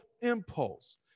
impulse